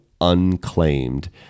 unclaimed